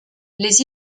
les